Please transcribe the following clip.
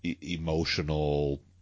emotional